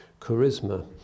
charisma